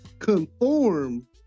conform